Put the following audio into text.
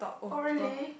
oh really